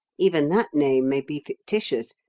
even that name may be fictitious,